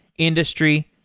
industry,